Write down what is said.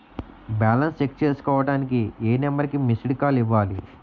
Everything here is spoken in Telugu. బాలన్స్ చెక్ చేసుకోవటానికి ఏ నంబర్ కి మిస్డ్ కాల్ ఇవ్వాలి?